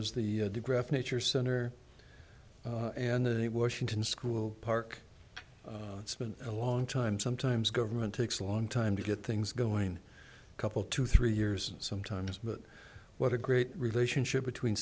is the digraph nature center and the washington school park it's been a long time sometimes government takes a long time to get things going couple to three years sometimes but what a great relationship between